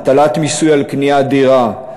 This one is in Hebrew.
הטלת מיסוי על קניית דירה,